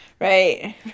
Right